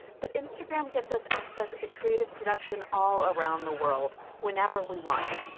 but instagram gives us access to creative production all around the world, whenever we want it.